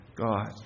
God